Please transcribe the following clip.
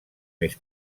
més